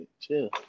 Chill